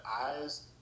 eyes